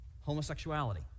homosexuality